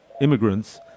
immigrants